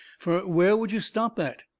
fur where would you stop at?